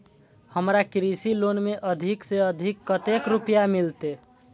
हमरा कृषि लोन में अधिक से अधिक कतेक रुपया मिलते?